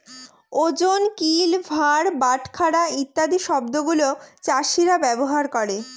ওজন, কিল, ভার, বাটখারা ইত্যাদি শব্দগুলা চাষীরা ব্যবহার করে